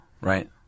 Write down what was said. right